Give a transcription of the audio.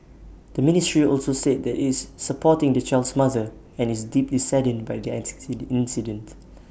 the ministry also said that IT is supporting the child's mother and is deeply saddened by the incident